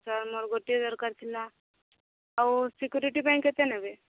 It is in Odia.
ସାର୍ ମୋର ଗୋଟିଏ ଦରକାର ଥିଲା ଆଉ ସିକ୍ୟୁରିଟି ପାଇଁ କେତେ ନେବେ